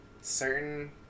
certain